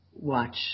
watch